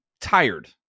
tired